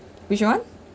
which [one]